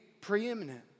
preeminent